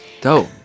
Dope